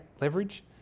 leverage